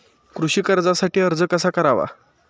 कृषी कर्जासाठी अर्ज कसा करावा?